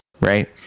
right